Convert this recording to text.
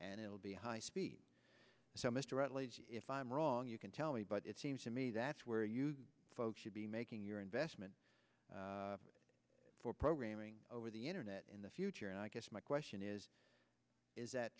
and it will be high speed so mr rutledge if i'm wrong you can tell me but it seems to me that's where you folks should be making your investment for programming over the internet in the future and i guess my question is is is that